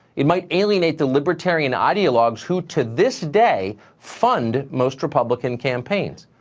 it might alienate the libertarian ideologues who to this day fund most republican campaigns.